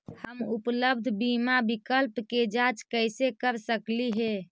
हम उपलब्ध बीमा विकल्प के जांच कैसे कर सकली हे?